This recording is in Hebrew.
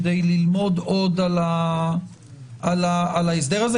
כדי ללמוד עוד על ההסדר הזה?